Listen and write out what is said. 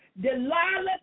Delilah